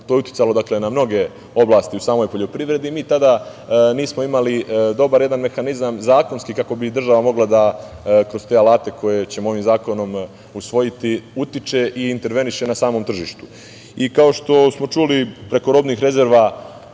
To je uticalo na mnoge oblasti u samoj poljoprivredi. Mi tada nismo imali dobar jedan mehanizam zakonski kako bi država mogla da kroz te alate koje ćemo ovim zakonom usvojiti utiče i interveniše na samom tržištu.I kao što smo čuli preko robnih rezervi